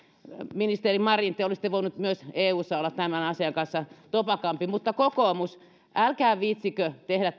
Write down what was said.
ministeri marin te olisitte voinut eussa olla tämän asian kanssa topakampi mutta kokoomus älkää viitsikö tehdä